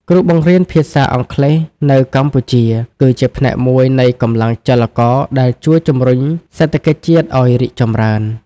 គ្រូបង្រៀនភាសាអង់គ្លេសនៅកម្ពុជាគឺជាផ្នែកមួយនៃកម្លាំងចលករដែលជួយជំរុញសេដ្ឋកិច្ចជាតិឱ្យរីកចម្រើន។